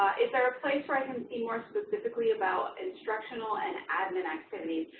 is there a place where i can see more specifically about instructional and admin activities?